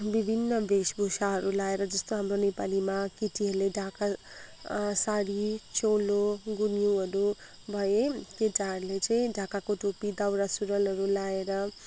विभिन्न वेशभुषाहरू लाएर जस्तो हाम्रो नेपालीमा केटीहरूले ढाका साडी चोलो गुन्युहरू भए केटाहरूले चाहिँ ढाकाको टोपी दौरा सुरुवालहरू लाएर